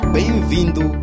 Bem-vindo